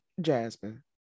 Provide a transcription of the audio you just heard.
Jasmine